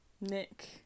Nick